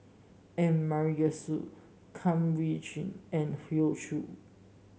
M Kum Chee Kin and Hoey Choo